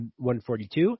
142